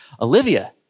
Olivia